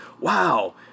wow